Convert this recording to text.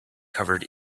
covered